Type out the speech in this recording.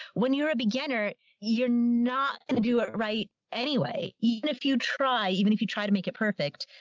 when you're a beginner, you're not gonna do it right. anyway, even if you try, even if you try to make it perfect,